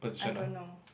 I don't know